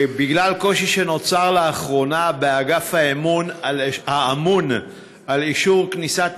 בגלל קושי שנוצר לאחרונה באגף האמון על אישור כניסת